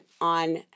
on